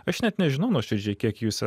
aš net nežinau nuoširdžiai kiek jūs